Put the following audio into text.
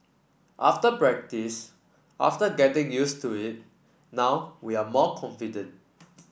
after practice after getting used to it now we are more confident